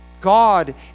God